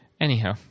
Anyhow